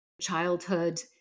childhood